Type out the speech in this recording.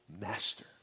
master